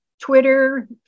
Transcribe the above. Twitter